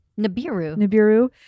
Nibiru